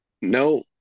no